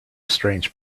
strange